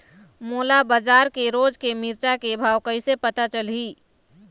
मोला बजार के रोज के मिरचा के भाव कइसे पता चलही?